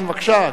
בבקשה,